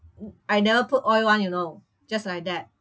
I never put oil [one] you know just like that